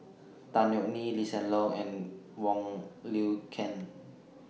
Tan Yeok Nee Lee Hsien Loong and Wong Lin Ken